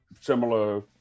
similar